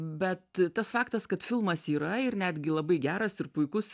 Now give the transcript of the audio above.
bet tas faktas kad filmas yra ir netgi labai geras ir puikus